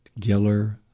Giller